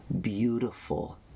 beautiful